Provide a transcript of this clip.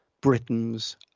Britain's